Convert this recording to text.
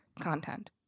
content